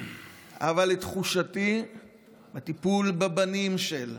אבל לתחושתי בטיפול בבנים של,